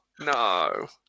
No